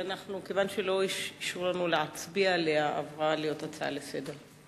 כיוון שלא אישרו לנו להצביע עליה היא עברה להיות הצעה לסדר-היום.